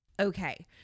Okay